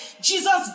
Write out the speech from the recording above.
Jesus